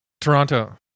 Toronto